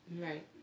Right